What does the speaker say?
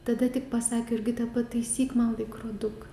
tada tik pasakė jurgita pataisyk man laikroduką